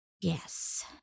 Yes